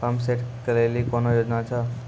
Pump set केलेली कोनो योजना छ?